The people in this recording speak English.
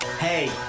Hey